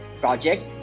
project